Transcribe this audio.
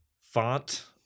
font